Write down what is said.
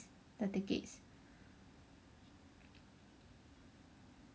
the tickets